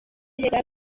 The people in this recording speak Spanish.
llegar